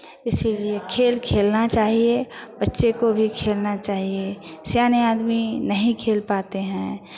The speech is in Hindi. इसीलिए खेल खेलना चाहिए बच्चे को भी खेलना चाहिए सयाने आदमी नहीं खेल पाते हैं